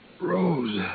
Rose